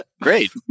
great